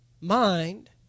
mind